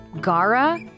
Gara